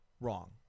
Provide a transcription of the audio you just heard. wrong